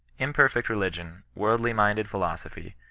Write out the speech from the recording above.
imperfect religion, worldly minded philosophy,